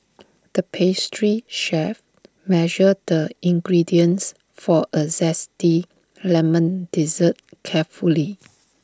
the pastry chef measured the ingredients for A Zesty Lemon Dessert carefully